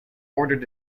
ordered